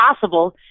possible